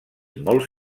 molt